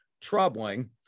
troubling